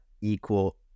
equal